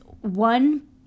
one